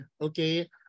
okay